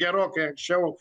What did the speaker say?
gerokai anksčiau